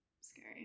Scary